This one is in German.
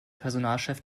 personalchef